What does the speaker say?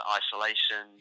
isolation